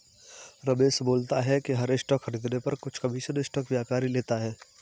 रमेश बोलता है कि हर स्टॉक खरीदने पर कुछ कमीशन स्टॉक व्यापारी लेता है